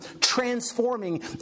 transforming